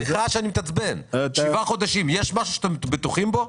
יש משהו שאתם בטוחים בו?